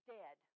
dead